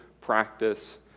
practice